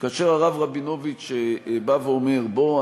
וכאשר הרב רבינוביץ בא ואומר: בואו,